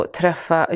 träffa